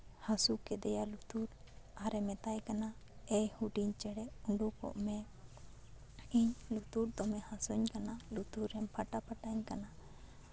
ᱦᱟ ᱥᱩ ᱠᱮᱫᱮᱭᱟ ᱞᱩᱛᱩᱨ ᱟᱨᱮ ᱢᱮᱛᱟᱭ ᱠᱟᱱᱟ ᱮ ᱦᱩᱰᱤᱧ ᱪᱮᱬᱮ ᱩᱰᱩᱠᱚᱜ ᱢᱮ ᱤᱧ ᱫᱚᱢᱮ ᱦᱟᱥᱩᱧ ᱠᱟᱱᱟ ᱞᱩᱛᱩᱨ ᱨᱮᱢ ᱯᱷᱟᱴᱟ ᱯᱷᱟᱴᱟᱧ ᱠᱟᱱᱟ